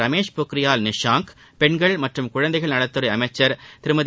ரமேஷ் பொக்ரியால் நிஷாங்க் பெண்கள் மற்றும் குழந்தைகள் நலத்துறை அமைச்சர் திருமதி